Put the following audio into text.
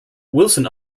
wilson